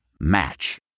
Match